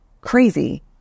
crazy